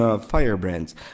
Firebrands